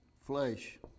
flesh